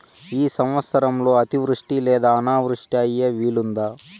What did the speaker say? ఈ సంవత్సరంలో అతివృష్టి లేదా అనావృష్టి అయ్యే వీలుందా?